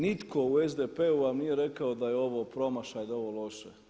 Nitko u SDP-u vam nije rekao da je ovo promašaj, da je ovo loše.